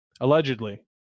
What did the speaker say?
Allegedly